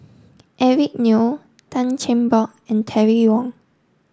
Eric Neo Tan Cheng Bock and Terry Wong